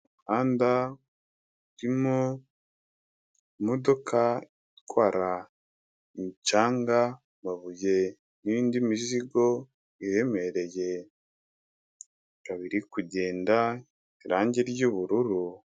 Umuhanda urimo imodoka itwara imicanga amabuye n'indi mizigo iremereye babiri kugenda irangi ry'ubururu.